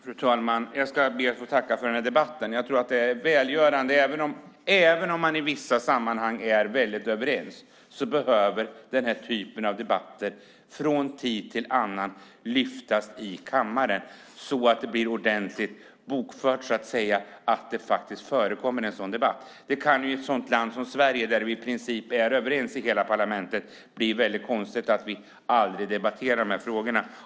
Fru talman! Jag ska be att få tacka för debatten. Även om vi i vissa sammanhang är väldigt överens behöver den här typen av debatter från tid till annan lyftas fram i kammaren så att det blir ordenligt bokfört att en sådan debatt faktiskt förekommer. Det kan i ett land som Sverige, där vi i princip är överens i parlamentet, verka konstigt om vi aldrig debatterar dessa frågor.